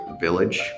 village